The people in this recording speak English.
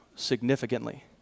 significantly